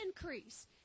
increase